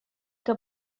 que